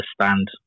Understand